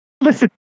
Listen